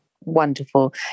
Wonderful